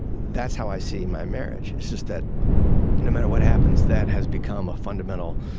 that's how i see my marriage. it's just that no matter what happens, that has become a fundamental